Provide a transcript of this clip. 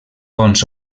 bons